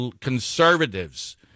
conservatives